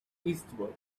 eastward